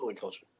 culture